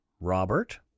Robert